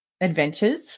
adventures